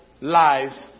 lives